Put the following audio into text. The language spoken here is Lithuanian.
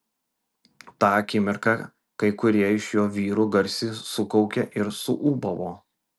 tą akimirką kai kurie iš jo vyrų garsiai sukaukė ir suūbavo